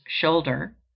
shoulder